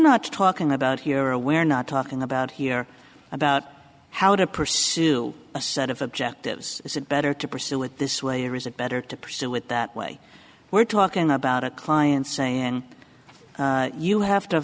not talking about here are aware not talking about here about how to pursue a set of objectives is it better to pursue it this way or is it better to pursue it that way we're talking about a client saying you have to